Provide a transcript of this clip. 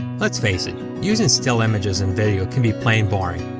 let's face it, using still images in video can be plain boring,